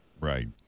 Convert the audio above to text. right